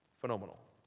Phenomenal